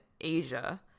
Asia